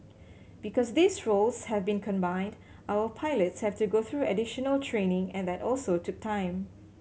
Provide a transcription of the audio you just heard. because these roles have been combined our pilots have to go through additional training and that also took time